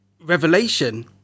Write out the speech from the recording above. revelation